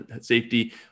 safety